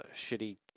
shitty